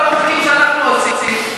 כל החוקים שאנחנו עושים,